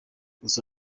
gusa